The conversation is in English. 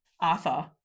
Arthur